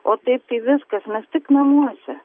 o taip tai viskas mes tik namuose